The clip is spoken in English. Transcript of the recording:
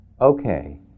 Okay